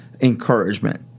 encouragement